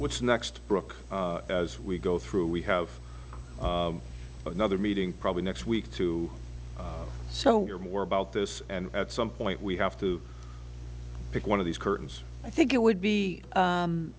what's next brooke as we go through we have another meeting probably next week too so you're more about this and at some point we have to pick one of these curtains i think it would be